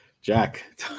Jack